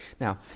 Now